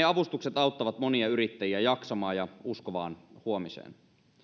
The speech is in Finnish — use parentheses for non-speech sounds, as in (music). (unintelligible) avustukset auttavat monia yrittäjiä jaksamaan ja uskomaan huomiseen